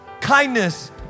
kindness